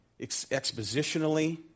expositionally